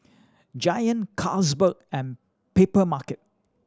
Giant Carlsberg and Papermarket